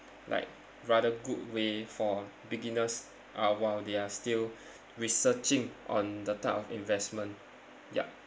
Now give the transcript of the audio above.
like rather good way for beginners uh while they are still researching on the type of investment yup